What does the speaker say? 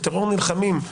בטרור נלחמים,